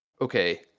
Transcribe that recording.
okay